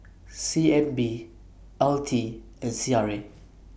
C N B L T and C R A